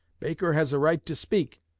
baker has a right to speak.